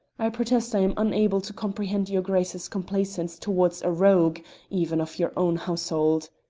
i protest i am unable to comprehend your grace's complacence towards a rogue even of your own household.